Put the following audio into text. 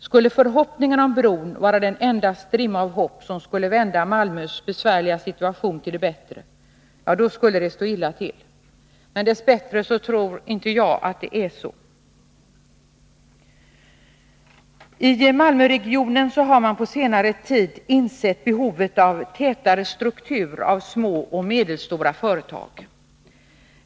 Skulle förhoppningarna om bron vara den enda strimma av hopp som kunde vända Malmös besvärliga situation till det bättre, då skulle det stå illa till. Men dess bättre tror jag inte att det är så. I Malmöregionen har man på senare tid insett behovet av tätare struktur av små och medelstora företag.